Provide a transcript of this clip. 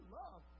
love